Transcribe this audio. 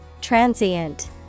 Transient